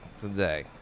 today